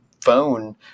phone